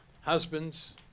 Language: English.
husbands